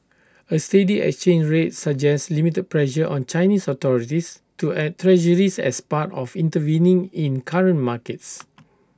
A steady exchange rate suggests limited pressure on Chinese authorities to add Treasuries as part of intervening in currency markets